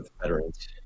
veterans